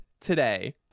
today